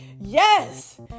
Yes